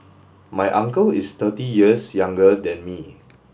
my uncle is thirty years younger than me